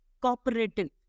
cooperative